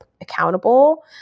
accountable